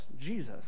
Jesus